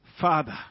Father